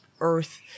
earth